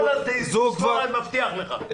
אני מבטיח לך,